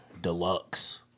deluxe